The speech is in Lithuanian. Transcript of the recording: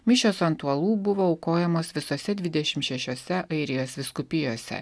mišios ant uolų buvo aukojamos visose dvidešimt šešiose airijos vyskupijose